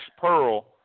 pearl